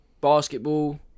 basketball